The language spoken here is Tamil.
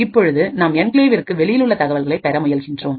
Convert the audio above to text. இப்பொழுது நாம் என்கிளேவிற்கு வெளியிலுள்ள தகவல்களை பெற முயல்கின்றோம்